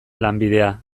lanbidea